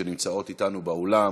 שנמצאות אתנו באולם.